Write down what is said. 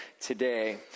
today